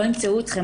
לא ימצאו אתכן.